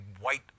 white